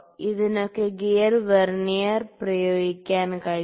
ഇതിനൊക്കെ gear vernier പ്രയോഗിക്കാൻ കഴിയും